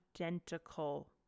identical